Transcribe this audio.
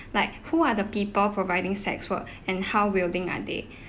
like who are the people providing sex work and how willing are they